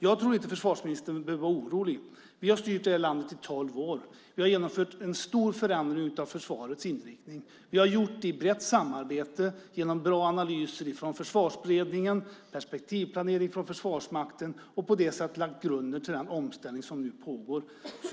Jag tror inte att försvarsministern behöver vara orolig. Vi har styrt det här landet i tolv år. Vi har genomfört en stor förändring av försvarets inriktning. Vi har gjort det i brett samarbete genom bra analyser från Försvarsberedningen och perspektivplanering från Försvarsmakten. På det sättet har vi lagt grunden till den omställning som nu pågår.